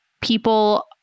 people